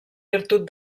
virtut